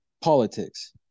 politics